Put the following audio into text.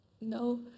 No